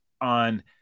on